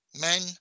men